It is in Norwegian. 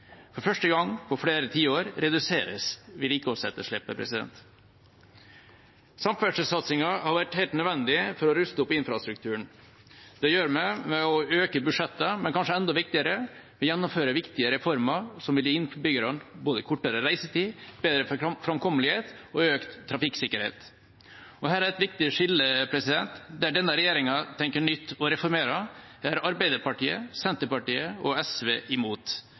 For første gang på flere tiår reduseres vedlikeholdsetterslepet. Samferdselssatsingen har vært helt nødvendig for å ruste opp infrastrukturen. Det gjør vi ved å øke budsjettet, men kanskje enda viktigere: Vi gjennomfører viktige reformer som vil gi innbyggerne både kortere reisetid, bedre framkommelighet og økt trafikksikkerhet. Her er et viktig skille. Der denne regjeringa tenker nytt og reformerer, er Arbeiderpartiet, Senterpartiet og SV imot.